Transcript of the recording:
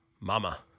Mama